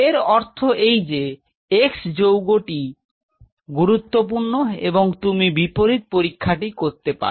তার অর্থ এই যে x যৌগটি গুরুত্বপূর্ণ এবং তুমি বিপরীত পরীক্ষাটি করতে পার